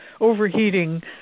overheating